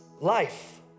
life